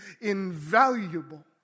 invaluable